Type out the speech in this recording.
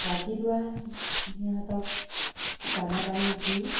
ৰাতিপুৱা সিহঁতক দানা পানী দি